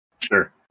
Sure